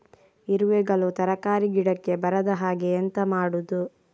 ಇರುವೆಗಳು ತರಕಾರಿ ಗಿಡಕ್ಕೆ ಬರದ ಹಾಗೆ ಎಂತ ಮಾಡುದು?